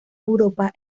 europa